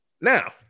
Now